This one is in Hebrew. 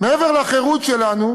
מעבר לחירות שלנו,